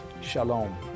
Shalom